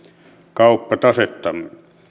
kauppatasettamme